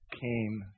came